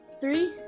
Three